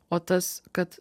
o tas kad